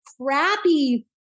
crappy